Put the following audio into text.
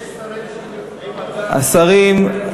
יש שרים,